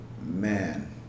man